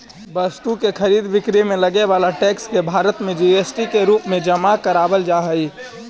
वस्तु के खरीद बिक्री में लगे वाला टैक्स के भारत में जी.एस.टी के रूप में जमा करावल जा हई